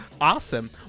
Awesome